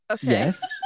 Yes